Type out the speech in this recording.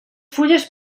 fulles